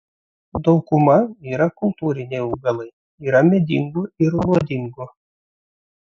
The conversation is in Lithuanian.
dauguma yra kultūriniai augalai yra medingų ir nuodingų